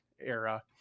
era